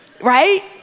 right